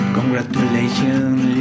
Congratulations